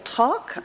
talk